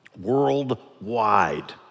worldwide